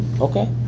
Okay